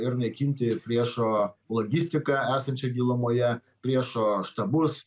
ir naikinti priešo logistiką esančią gilumoje priešo štabus